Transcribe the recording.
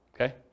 Okay